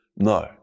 No